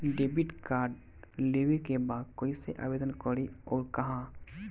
Debit card लेवे के बा कइसे आवेदन करी अउर कहाँ?